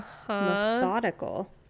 methodical